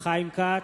חיים כץ,